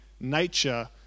nature